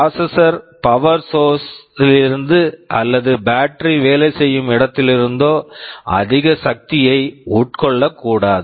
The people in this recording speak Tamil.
processor processor power source power source லிருந்து அல்லது பேட்டரி battery வேலை செய்யும் இடத்திலிருந்தோ அதிக சக்தியை உட்கொள்ளக்கூடாது